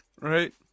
right